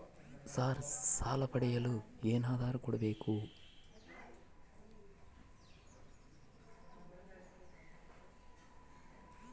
Sir ಸಾಲ ಪಡೆಯಲು ಏನು ಆಧಾರ ಕೋಡಬೇಕು?